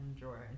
drawer